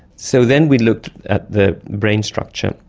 so then we looked at the brain structure,